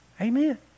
Amen